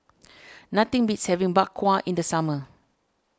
nothing beats having Bak Kwa in the summer